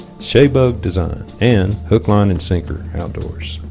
shaebug design and hook line and sinker outdoors